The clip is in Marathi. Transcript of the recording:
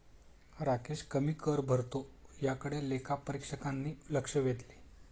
राकेश कमी कर भरतो याकडे लेखापरीक्षकांनी लक्ष वेधले